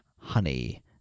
Honey